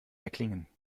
erklingen